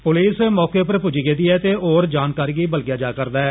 police मौके पर पुज्जी गेदी ऐ ते होर जानकारी गी बलगेआ जा रदा ऐ